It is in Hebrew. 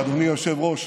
ואדוני היושב-ראש,